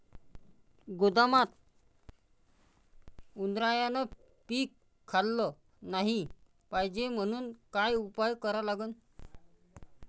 गोदामात उंदरायनं पीक खाल्लं नाही पायजे म्हनून का उपाय करा लागन?